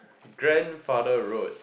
grandfather road